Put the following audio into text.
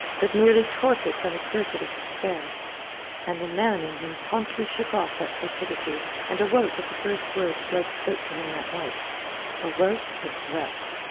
but merely torpid from a surfeit of despair and the man in him promptly shook off that torpidity and awoke at the first words blood spoke to him that night awoke and wept.